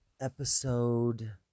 episode